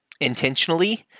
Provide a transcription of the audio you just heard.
intentionally